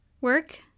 work